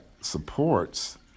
supports